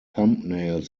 thumbnails